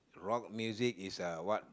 rock music is a what